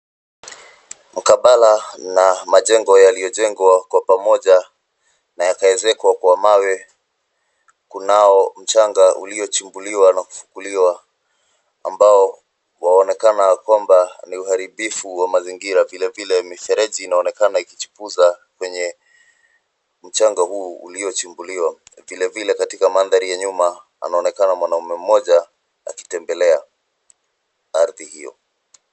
Mkabala na majengo yaliyojengwa pamoja na yakaezekwa kwa mawe kunao mchanga uliochimbuliwa na kufukuliwa ambao waonekana kwamba ni uharibifu wa mazingira vile vile mifereji inaonekana ikichipuza kwenye mchanga huu ulio chimbuliwa vile vile katika mandhari ya nyuma anaonekana mwanaume moja akitembelea ardhi hiyo.